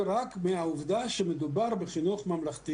שאם הם קיימים המקדם יותר גבוה,